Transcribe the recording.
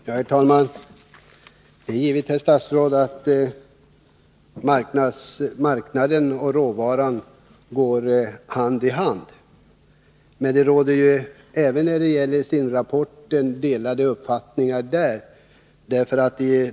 Herr talman! Det är givet, herr statsråd, att marknaden och råvaran går hand i hand. Men även när det gäller SIND-rapporten råder det delade uppfattningar.